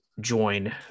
join